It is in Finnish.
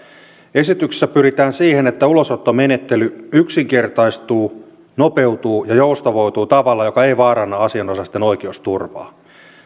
esityksessä pyritään siihen että ulosottomenettely yksinkertaistuu nopeutuu ja joustavoituu tavalla joka ei vaaranna asianosaisten oikeusturvaa